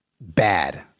bad